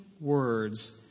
words